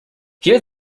here